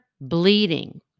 bleeding